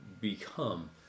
become